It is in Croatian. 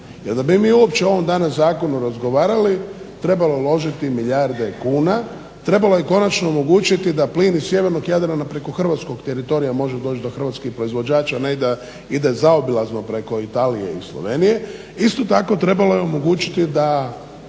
Jer da bi mi uopće danas o ovom zakonu razgovarali trebali uložiti milijarde kuna, trebalo je konačno omogućiti da plin iz sjevernog Jadrana preko hrvatskog teritorija može doći da hrvatskih proizvođača ne da ide zaobilazno preko Italije i Slovenije, isto tako trebalo je omogućiti da